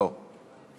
אני?